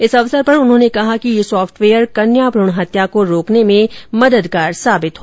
इस अवसर पर उन्होंने कहा कि यह सॉफ्टवेयर कन्या भ्रूण हत्या को रोकने में मददगार साबित होगा